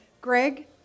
Greg